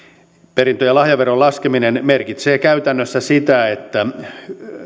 perintö ja lahjaveron laskeminen merkitsee käytännössä sitä että